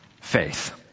Faith